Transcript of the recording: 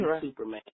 superman